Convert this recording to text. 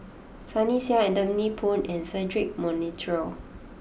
Sunny Sia Anthony Poon and Cedric Monteiro